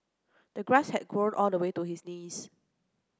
the grass had grown all the way to his knees